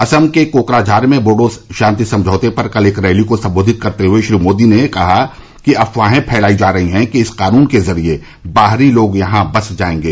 असम के कोकराझार में बोडो शांति समझौते पर कल एक रैली को सम्बोधित करते हुए श्री मोदी ने कहा कि अफवाहें फैलाई जा रही है कि इस कानून के जरिए बाहरी लोग यहां बस जाएंगे